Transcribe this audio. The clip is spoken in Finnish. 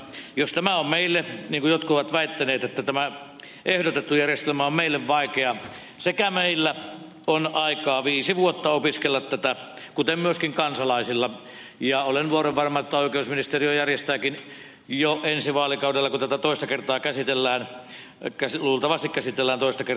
jos tämä on meille vaikea niin kuin jotkut ovat väittäneet että tämä ehdotettu järjestelmä on meille vaikea niin meillä on aikaa viisi vuotta opiskella tätä kuten myöskin kansalaisilla ja olen vuorenvarma että oikeusministeriö järjestääkin jo ensi vaalikaudella kun tätä luultavasti toista kertaa käsitellään toistakin